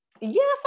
Yes